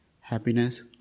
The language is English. happiness